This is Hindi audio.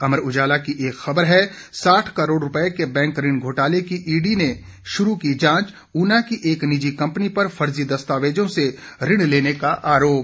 अमर उजाला की एक खबर है साठ करोड़ रूपए के बैंक ऋण घोटाले की ईडी ने शुरू की जांच ऊना की एक निजी कंपनी पर फर्जी दस्तावेजों से ऋण लेने का है आरोप